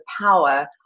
power